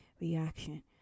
reaction